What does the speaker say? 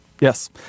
Yes